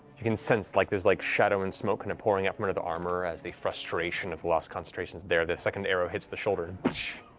you can sense like there's like shadow and smoke and pouring out from under the armor as the frustration of lost concentration is there. the second arrow hits the shoulder.